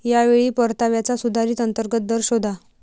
या वेळी परताव्याचा सुधारित अंतर्गत दर शोधा